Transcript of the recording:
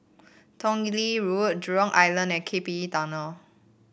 Tong Lee Road Jurong Island and K P E Tunnel